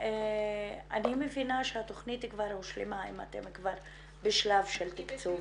אני מבינה שהתכנית הושלמה אם אתם כבר בשלב של תקצוב.